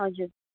हजुर